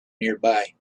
nearby